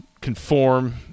conform